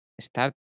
start